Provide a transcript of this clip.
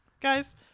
Guys